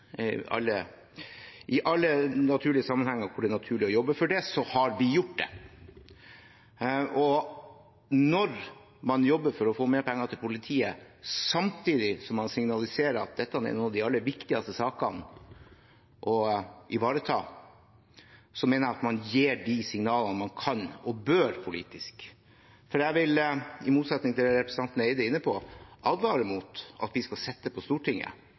i alle sammenhenger det er naturlig å jobbe for det, har vi gjort det. Når man jobber for å få mer penger til politiet samtidig som man signaliserer at dette er noen av de aller viktigste sakene å ivareta, mener jeg at man gir de signalene man kan og bør gi politisk. I motsetning til det representanten Eide er inne på, vil jeg advare mot at vi skal sitte på Stortinget